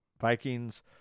Vikings